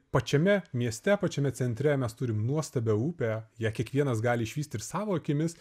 pačiame mieste pačiame centre mes turim nuostabią upę ją kiekvienas gali išvysti ir savo akimis